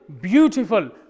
beautiful